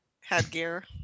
headgear